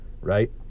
right